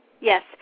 Yes